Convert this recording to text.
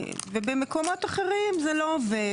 ובמקומות אחרים זה לא עובד.